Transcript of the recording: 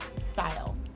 style